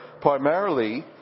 primarily